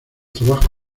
trabajos